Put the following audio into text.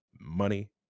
money